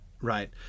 right